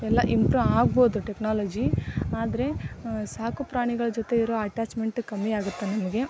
ಎಲ್ಲ ಇಂಪ್ರೂವ್ ಆಗ್ಬೋದು ಟೆಕ್ನಾಲಜಿ ಆದರೆ ಸಾಕು ಪ್ರಾಣಿಗಳ ಜೊತೆ ಇರೋ ಅಟ್ಯಾಚ್ಮೆಂಟ್ ಕಮ್ಮಿ ಆಗುತ್ತೆ ನಮಗೆ